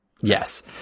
Yes